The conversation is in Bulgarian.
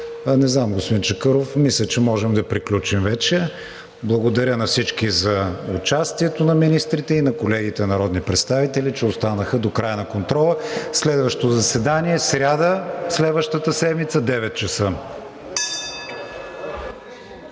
Не знам, господин Чакъров, мисля, че можем да приключим вече. Благодаря на всички за участието – на министрите и на колегите народни представители, че останаха до края на контрола. Следващо заседание – сряда, следващата седмица, 9,00 ч.